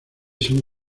son